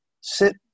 sit